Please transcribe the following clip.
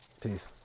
Peace